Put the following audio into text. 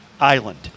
island